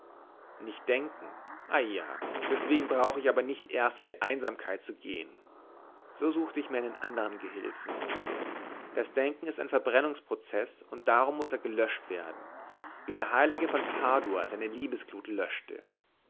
nicht denken ei ja deswegen brauche ich aber nicht erst in die einsamkeit zu gehen so suchte ich mir einen anderen gehilfen das denken ist ein verbrennungsprozeß und darum muß er gelöscht werden wie der heilige von padua seine liebesglut löschte